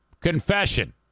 confession